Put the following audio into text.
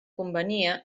convenia